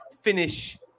finish